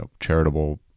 charitable